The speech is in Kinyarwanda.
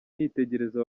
nitegereza